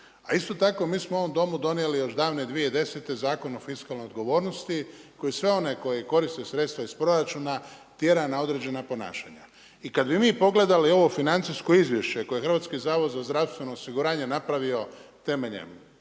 A isto tako, mi smo ovom Domu donijeli, još davne 2010. Zakon o fiskalnoj odgovornosti, koji sve one koje koriste sredstva iz proračuna tjera na određena ponašanja. I kad bi mi pogledali ovo financijsko izvješte, koje HZZO napravio temeljem